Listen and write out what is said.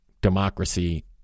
democracy